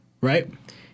right